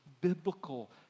biblical